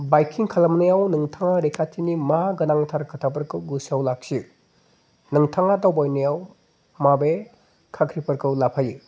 बाइकिं खालामनायाव नोंथाङा रैखाथिनि मा गोनांथार खोथाफोरखौ गोसोआव लाखियो नोंथाङा दावबायनायाव माबे खाख्रिफोरखौ लाफायो